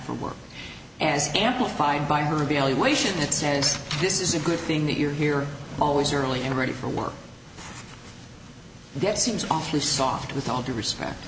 for work as amplified by her belly way should it says this is a good thing that you're here always early and ready for work that seems awfully soft with all due respect